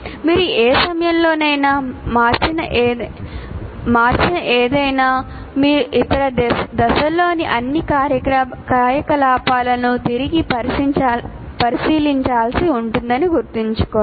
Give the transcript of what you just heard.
మీరు ఏ సమయంలోనైనా మార్చిన ఏదైనా మీరు ఇతర దశలలోని అన్ని కార్యకలాపాలను తిరిగి పరిశీలించాల్సి ఉంటుందని గుర్తుంచుకోండి